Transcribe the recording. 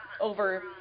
over